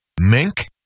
mink